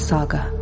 Saga